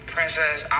Princess